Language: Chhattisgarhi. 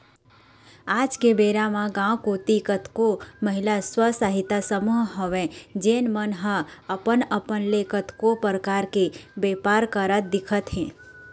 आज के बेरा म गाँव कोती कतको महिला स्व सहायता समूह हवय जेन मन ह अपन अपन ले कतको परकार के बेपार करत दिखत हे